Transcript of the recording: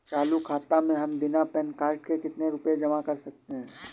चालू खाता में हम बिना पैन कार्ड के कितनी रूपए जमा कर सकते हैं?